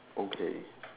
okay